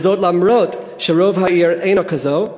וזאת למרות שרוב העיר אינה כזו.